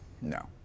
No